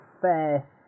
fair